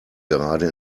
gerade